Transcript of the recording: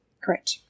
Correct